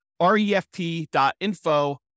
refp.info